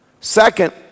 Second